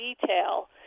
detail